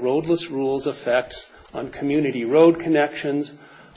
roadless rules effect on community road connections